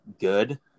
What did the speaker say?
good